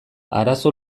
arazo